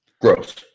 gross